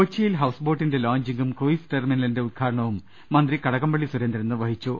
കൊച്ചിയിൽ ഹൌസ് ബോട്ടിന്റെ ലോഞ്ചിങ്ങും ക്രൂയിസ് ടെർമി നലിന്റെ ഉദ്ഘാടനവും മന്ത്രി കടകംപള്ളി സുരേന്ദ്രൻ നിർവ്വഹിച്ചു